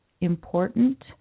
important